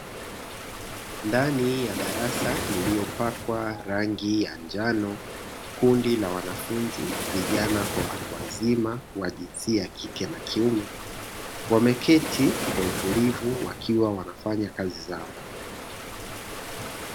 Ndani ya darasa lililopakwa rangi ya njano, kundi la wanafunzi vijana kwa watu wazima wa jinsia ya kike na kiume, wameketi kwa utulivu, wakiwa wanafanya kazi zao.